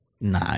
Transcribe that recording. No